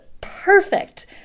perfect